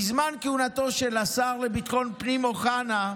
בזמן כהונתו של השר לביטחון הפנים אוחנה,